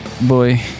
Boy